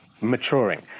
maturing